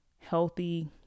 healthy